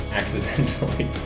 accidentally